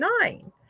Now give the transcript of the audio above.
nine